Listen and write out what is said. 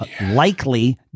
likely